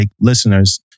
listeners